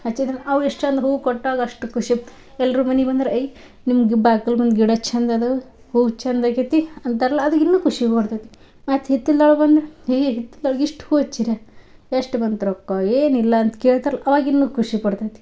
ಹಚ್ಚಿದ್ರೆ ಅವು ಎಷ್ಟು ಚಂದ ಹೂ ಕೊಟ್ಟಾಗ ಅಷ್ಟು ಖುಷಿ ಇತ್ತು ಎಲ್ಲರು ಮನಿಗೆ ಬಂದ್ರೆ ಐ ನಿಮ್ಗೆ ಬಾಗ್ಲು ಮುಂದೆ ಗಿಡ ಛಂದ ಅದವು ಹೂ ಚಂದಾಗೈತಿ ಅಂತಾರಲ್ಲ ಅದು ಇನ್ನೂ ಖುಷಿ ಕೊಡ್ತೈತಿ ಮತ್ತು ಹಿತ್ತಲ್ದೊಳಗೆ ಬಂದ್ರೆ ಈ ಹಿತ್ತಲ್ದೊಳಗೆ ಎಷ್ಟು ಹೂ ಹಚ್ಚೀರ ಎಷ್ಟು ಬಂತು ರೊಕ್ಕ ಏನಿಲ್ಲಂತ ಕೇಳ್ತಾರಲ್ಲ ಅವಾಗಿನ್ನು ಖುಷಿ ಕೊಡ್ತೈತಿ